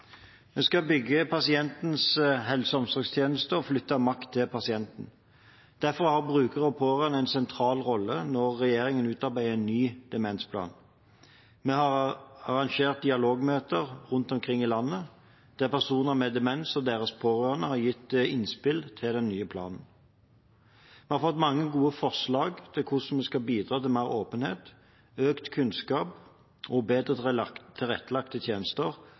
Vi skal bygge pasientens helse- og omsorgstjeneste og flytte makt til pasienten. Derfor har brukere og pårørende en sentral rolle når regjeringen utarbeider en ny demensplan. Vi har arrangert dialogmøter rundt omkring i landet, der personer med demens og deres pårørende har gitt innspill til den nye planen. Vi har fått mange gode forslag til hvordan vi skal bidra til mer åpenhet, økt kunnskap og bedre tilrettelagte tjenester